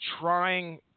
trying